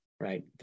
right